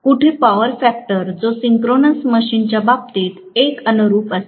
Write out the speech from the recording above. कुठे power factor जो synchronous मशीनच्या बाबतीत 1 अनुरूप असेल